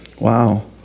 Wow